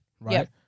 right